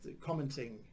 commenting